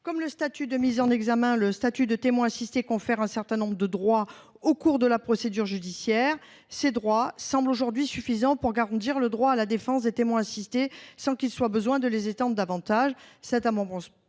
Comme le statut de mis en examen, le statut de témoin assisté confère un certain nombre de droits au cours de la procédure judiciaire. Ces droits semblent aujourd'hui suffisants pour garantir le droit à la défense des témoins assistés sans qu'il soit besoin de les étendre davantage.